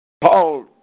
Paul